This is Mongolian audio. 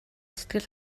сэтгэл